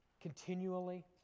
continually